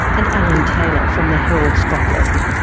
and alan taylor from the herald scotland.